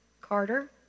Carter